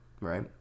Right